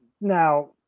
now